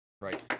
Right